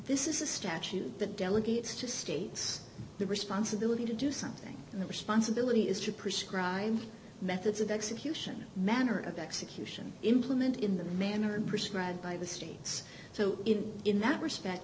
this is a statute that delegates to states the responsibility to do something and the responsibility is to prescribe methods of execution manner of execution implement in the manner prescribed by the states so in that respect